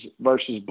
versus